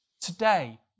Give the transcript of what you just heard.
Today